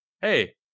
hey